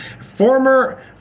Former